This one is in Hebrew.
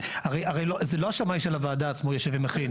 הרי זה לא השמאי של הוועדה עצמו יושב ומכין.